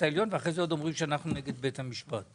העליון ואחרי זה עוד אומרים שאנחנו נגד בית המשפט,